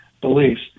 beliefs